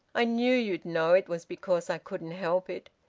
i knew you'd know it was because i couldn't help it.